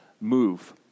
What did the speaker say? move